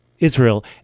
Israel